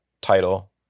title